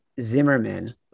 Zimmerman